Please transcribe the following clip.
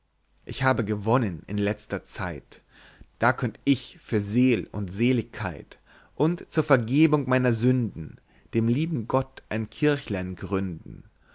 ich habe gewonnen in letzter zeit da könnt ich für seel und seligkeit und zur vergebung meiner sünden dem lieben gott ein kirchlein gründen